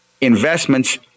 investments